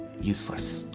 useless.